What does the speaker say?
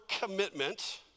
commitment